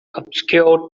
obscure